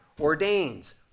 ordains